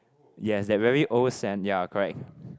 yes that very old scent ya correct